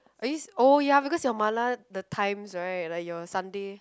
always oh ya because your the times right like your Sunday